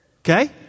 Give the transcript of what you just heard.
Okay